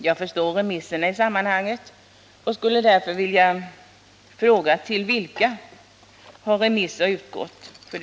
Jag förstår remisserna i sammanhanget men skulle vilja fråga till vilka instanser förslagen har remitterats.